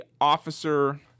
Officer